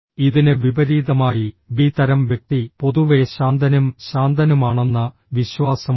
ഇതിന് വിപരീതമായി ബി തരം വ്യക്തി പൊതുവെ ശാന്തനും ശാന്തനുമാണെന്ന വിശ്വാസമുണ്ട്